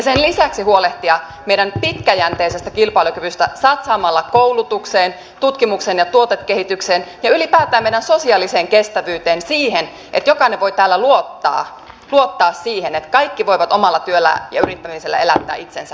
sen lisäksi pitäisi huolehtia meidän pitkäjänteisestä kilpailukyvystämme satsaamalla koulutukseen tutkimukseen ja tuotekehitykseen ja ylipäätään sosiaaliseen kestävyyteen siihen että jokainen voi täällä luottaa siihen että kaikki voivat omalla työllä ja yrittämisellä elättää itsensä